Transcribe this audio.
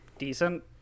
Decent